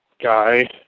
guy